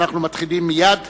אנחנו מתחילים מייד